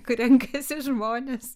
kur renkasi žmonės